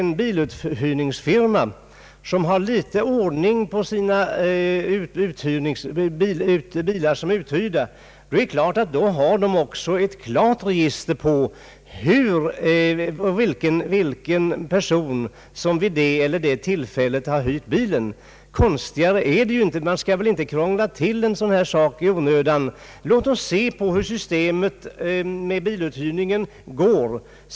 Om biluthyrningsfirman i fråga har någon ordning på uthyrda bilar har den naturligtvis också registrerat vilken person som vid det ena eller andra tillfället haft den aktuella bilen. Konstigare än så är inte detta. Man skall inte krångla till saker och ting i onödan. Låt oss se hur systemet med biluthyrningen går.